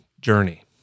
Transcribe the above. journey